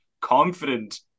confident